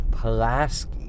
Pulaski